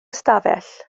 ystafell